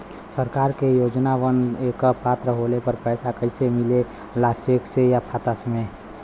सरकार के योजनावन क पात्र होले पर पैसा कइसे मिले ला चेक से या खाता मे?